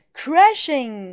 crashing